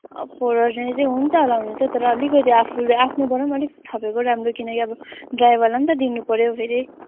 four हन्ड्रेडले हुन्छ होला हुन त तर अलिकति आफूले आफ्नोबाट पनि अलिक थपेको राम्रो किनकि अब ड्राइभरलाई पनि त दिनुपर्यो फेरि